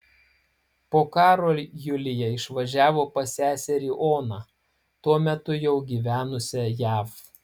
po karo julija išvažiavo pas seserį oną tuo metu jau gyvenusią jav